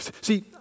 See